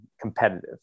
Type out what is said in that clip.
competitive